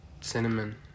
cinnamon